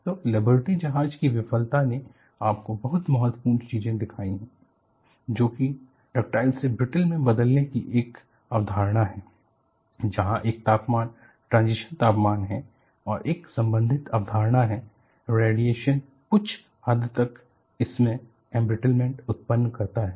तो लिबर्टी जहाज की विफलता ने आपको बहुत महत्वपूर्ण चीजें दिखाई हैं जो कि डक्टाइल से ब्रिटल में बदलने की एक अवधारणा है यहाँ एक तापमान ट्रांजिशन तापमान है और एक संबंधित अवधारणा है रेडीऐशन कुछ हद तक इसमे एमब्रिटलमेंट उत्पन्न करता है